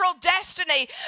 destiny